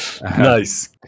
Nice